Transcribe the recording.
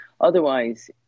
otherwise